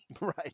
right